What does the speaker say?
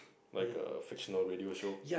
like a fictional radio show